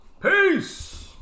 Peace